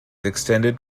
extended